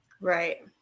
right